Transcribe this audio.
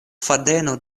fadeno